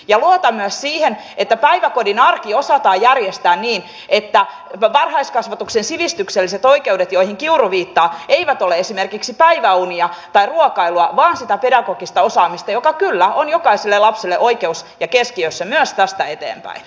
ja luotan myös siihen että päiväkodin arki osataan järjestää niin että varhaiskasvatuksen sivistykselliset oikeudet joihin kiuru viittaa eivät ole esimerkiksi päiväunia tai ruokailua vaan sitä pedagogista osaamista joka kyllä on jokaiselle lapselle oikeus ja keskiössä myös tästä eteenpäin